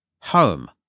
Home